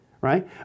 right